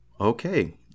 Okay